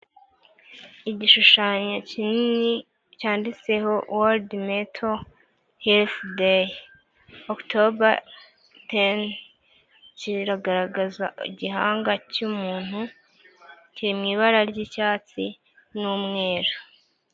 Igishushanyo kinini cyanditseho worudi mento herifu dayi ogitoba teni, kiragaragaza igihanga cy'umuntu kiri mu ibara ry'icyatsi n'umweru.